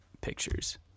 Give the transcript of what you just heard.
pictures